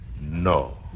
No